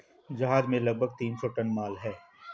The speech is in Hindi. जहाज में लगभग तीन सौ टन माल है